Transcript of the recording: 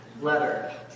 letter